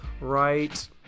right